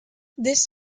this